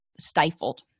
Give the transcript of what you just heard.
stifled